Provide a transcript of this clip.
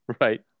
Right